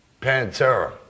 Pantera